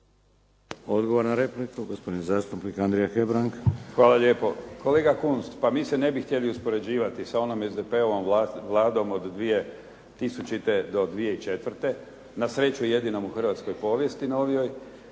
Odgovor na repliku, gospodin zastupnik Andrija Hebrang. **Hebrang, Andrija (HDZ)** Hvala lijepo. Kolega Kunst, pa mi se ne bi htjeli uspoređivati sa onom SDP-ovom Vladom iz 2000. do 2004. na sreću jedinom u hrvatskoj povijesti novijoj,